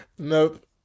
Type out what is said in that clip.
Nope